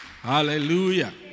Hallelujah